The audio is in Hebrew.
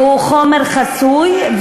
והוא חומר חסוי,